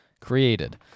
created